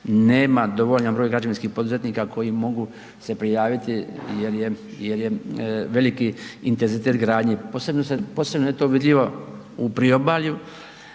nema dovoljan broj građevinskih poduzetnika koji mogu se prijaviti jer je, jer je veliki intenzitet gradnje, posebno se, posebno je to vidljivo u priobalju